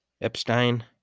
Epstein